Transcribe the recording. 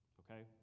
okay